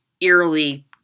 eerily